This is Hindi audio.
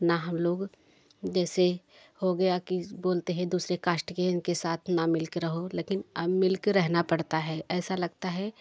ना हम लोग जैसे हो गया कि बोलते हैं दूसरे कास्ट के उनके साथ ना मिलके रहो लेकिन अब मिलके रहना पड़ता है ऐसा लगता है